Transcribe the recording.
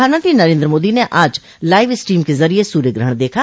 प्रधानमंत्री नरेन्द्र मोदी ने आज लाइव स्ट्रीम के जरिए सूर्य ग्रहण देखा